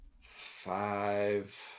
Five